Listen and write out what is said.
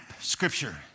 scripture